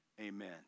Amen